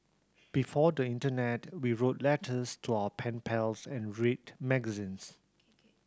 before the Internet we wrote letters to our pen pals and read magazines